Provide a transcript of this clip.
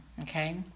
okay